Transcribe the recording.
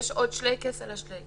יש עוד שלייקעס על השלייקעס.